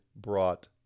brought